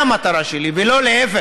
זו המטרה שלי, ולא להפך.